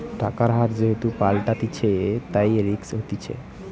টাকার হার যেহেতু পাল্টাতিছে, তাই রিস্ক হতিছে